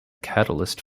catalyst